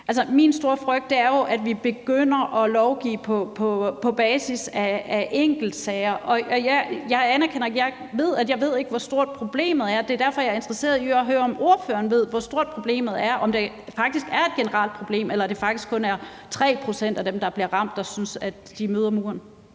min store frygt er jo, at vi begynder at lovgive på basis af enkeltsager. Jeg anerkender, at jeg ikke ved, hvor stort problemet er, og det er derfor, jeg er interesseret i at høre, om ordføreren ved, hvor stort problemet er, altså om det faktisk er et generelt problem, eller om det faktisk kun er 3 pct. af dem, der bliver ramt, som synes, at de møder muren.